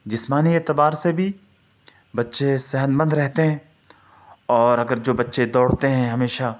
جسمانی اعتبار سے بھی بچے صحتمند رہتے ہیں اور اگر جو بچے دوڑتے ہیں ہمیشہ